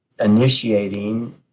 initiating